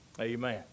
amen